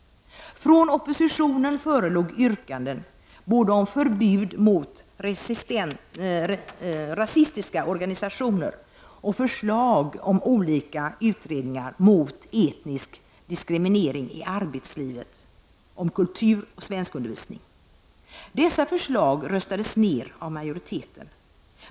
Från oppositionen förelåg yrkanden både om förbud mot rasistiska organisationer och förslag om olika utredningar mot etnisk diskriminering i arbetslivet, om kultur och svenskundervisning. Dessa förslag röstades ner av majoriteten.